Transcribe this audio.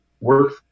work